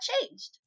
changed